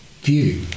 view